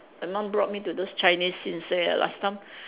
my mum brought me to those Chinese sin seh ah last time